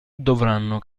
dovranno